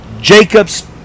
Jacob's